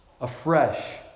afresh